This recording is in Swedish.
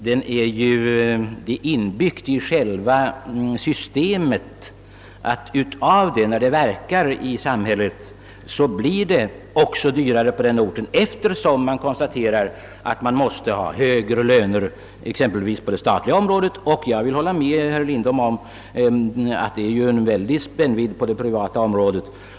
Det är inbyggt i själva systemet att när den verkar i samhället, så blir det också dyrare på de orter som placerats i högre dyrort. Man konstaterar att man där måste ha högre löner exempelvis på det statliga området. Jag vill hålla med herr Lindholm om att det är en väldig spännvidd på det privata området.